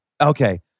okay